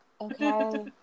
okay